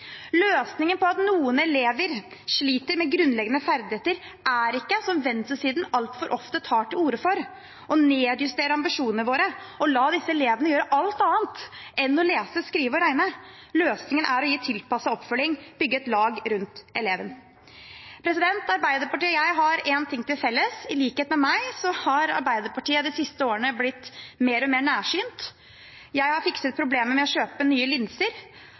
Løsningen på at noen elever sliter med grunnleggende ferdigheter, er ikke, som venstresiden altfor ofte tar til orde for, å nedjustere ambisjonene våre og la disse elevene gjøre alt annet enn å lese, skrive og regne. Løsningen er å gi tilpasset oppfølging og bygge et lag rundt eleven. Arbeiderpartiet og jeg har én ting til felles: I likhet med meg har Arbeiderpartiet de siste årene blitt mer og mer nærsynt. Jeg har fikset problemet ved å kjøpe nye linser;